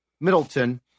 middleton